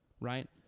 Right